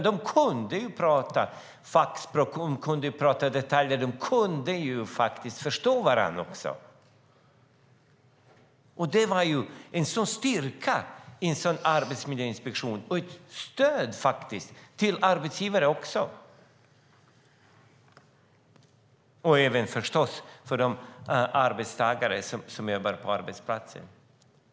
De kunde tala fackspråk, de kunde tala om detaljer, de kunde förstå varandra. Det var en sådan styrka i arbetsmiljöinspektionen och också ett stöd för arbetsgivaren liksom för de arbetstagare som jobbade på arbetsplatsen.